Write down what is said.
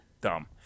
dumb